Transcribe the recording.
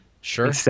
Sure